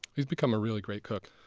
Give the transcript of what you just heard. he's become a really great cook.